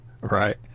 Right